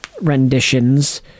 renditions